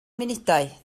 munudau